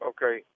Okay